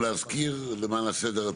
עוד חמש או עשר שנים,